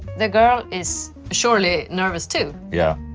the girl is surely nervous too yeah